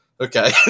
Okay